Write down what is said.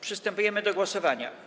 Przystępujemy do głosowania.